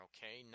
Okay